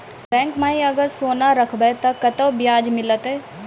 Bank माई अगर सोना राखबै ते कतो ब्याज मिलाते?